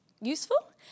useful